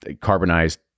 carbonized